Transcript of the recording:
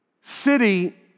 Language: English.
city